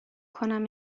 کنم